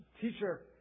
teacher